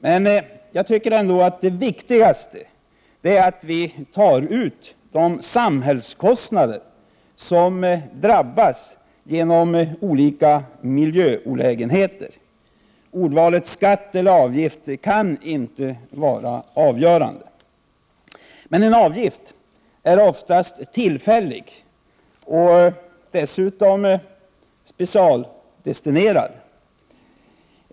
Det viktigaste är emellertid, tycker jag, att vi tar ut de kostnader som uppstår för samhället på grund av olika miljöolägenheter. Vilket ord man väljer, skatt eller avgift, kan inte vara avgörande. En avgift är oftast tillfällig och dessutom specialdestinerad.